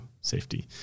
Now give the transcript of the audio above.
safety